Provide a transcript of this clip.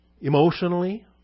emotionally